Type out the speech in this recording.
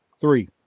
Three